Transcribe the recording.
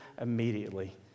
immediately